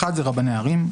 האחד זה רבני ערים,